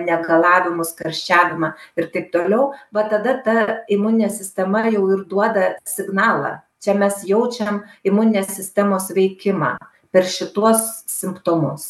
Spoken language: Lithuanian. negalavimus karščiavimą ir taip toliau va tada ta imuninė sistema jau ir duoda signalą čia mes jaučiam imuninės sistemos veikimą per šituos simptomus